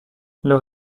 leurs